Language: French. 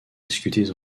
discutées